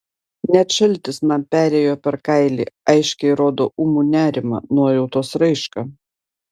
net šaltis man perėjo per kailį aiškiai rodo ūmų nerimą nuojautos raišką